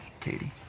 Katie